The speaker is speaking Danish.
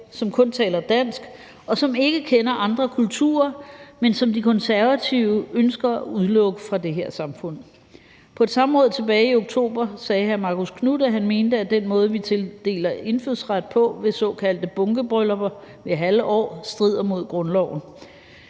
som kun taler dansk, som ikke kender andre kulturer, men som De Konservative ønsker at udelukke fra det her samfund. På et samråd tilbage i oktober sagde hr. Marcus Knuth, at han mente, at den måde, vi tildeler indfødsret på ved såkaldte bunkebryllupper hvert halve år, strider mod grundloven.